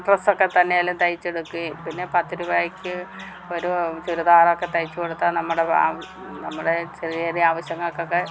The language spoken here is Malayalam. ഡ്രസ്സ് ഒക്കെ തന്നെ ആയാലും തയ്ച്ച് എടുക്കുവേം പിന്നെ പത്ത് രൂപയ്ക്ക് ഒരു ചുരിദാർ ഒക്കെ തയ്ച്ച് കൊടുത്താൽ നമ്മുടെ നമ്മുടെ ചെറിയ ചെറിയ ആവശ്യങ്ങൾക്ക് ഒക്കെ